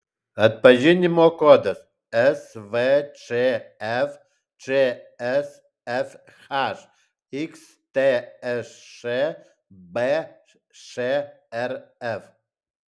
atpažinimo kodas svčf čsfh xtsš bšrf